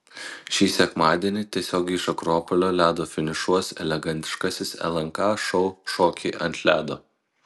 šį sekmadienį tiesiogiai iš akropolio ledo finišuos elegantiškasis lnk šou šokiai ant ledo